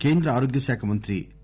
కేంద్ర ఆరోగ్యశాఖ మంత్రి డా